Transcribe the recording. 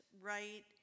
right